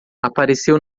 apareceu